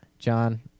John